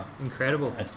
Incredible